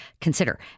consider